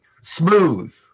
smooth